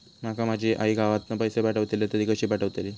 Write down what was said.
माका माझी आई गावातना पैसे पाठवतीला तर ती कशी पाठवतली?